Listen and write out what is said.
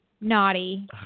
naughty